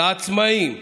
לעצמאים,